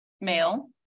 Male